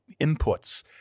inputs